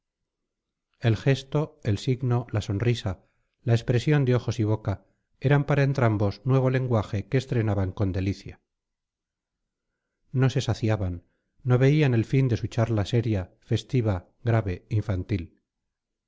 el gesto el signo la sonrisa la expresión de ojos y boca eran para entrambos nuevo lenguaje que estrenaban con delicia no se saciaban no veían el fin de su charla seria festiva grave infantil